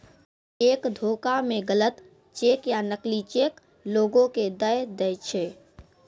cheque धोखा मे गलत चेक या नकली चेक लोगो के दय दै छै